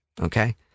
okay